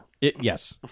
Yes